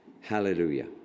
Hallelujah